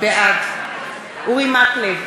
בעד אורי מקלב,